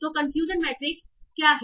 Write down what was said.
तोकन्फ्यूजन matrix क्या है